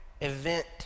event